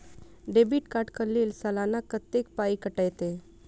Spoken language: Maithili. डेबिट कार्ड कऽ लेल सलाना कत्तेक पाई कटतै?